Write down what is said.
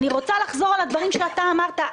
אני רוצה לחזור על הדברים שאתה אמרת.